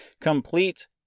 complete